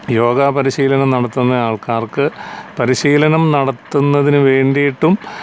യോഗാ പരിശീലനം നടത്തുന്ന ആൾക്കാർക്ക് പരിശീലനം നടത്തുന്നതിനു വേണ്ടിയിട്ടും